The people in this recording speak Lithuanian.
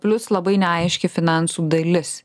plius labai neaiški finansų dalis